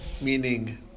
meaning